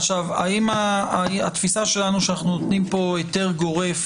עכשיו, התפיסה שלנו היא שאנחנו נותנים היתר גורף